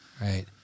Right